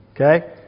Okay